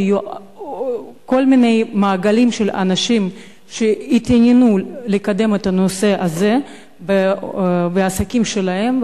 כי כל מיני מעגלים של אנשים התעניינו לקדם את הנושא הזה בעסקים שלהם,